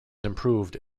improved